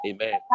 Amen